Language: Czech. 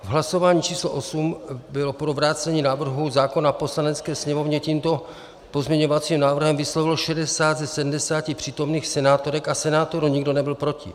V hlasování číslo osm se pro vrácení návrhu zákona Poslanecké sněmovně s tímto pozměňovacím návrhem vyslovilo 60 ze 70 přítomných senátorek a senátorů, nikdo nebyl proti.